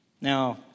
Now